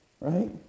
right